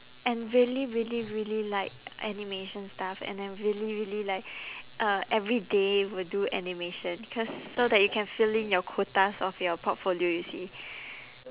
and really really really like animation stuff and uh really really like uh every day will do animation cause so that you can fill in your quotas of your portfolio you see